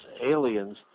aliens